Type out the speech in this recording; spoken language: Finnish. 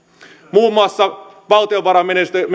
muun muassa valtiovarainministeriön